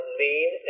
lean